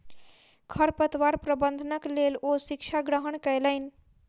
खरपतवार प्रबंधनक लेल ओ शिक्षा ग्रहण कयलैन